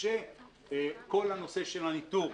כשכל הנושא של הניטור,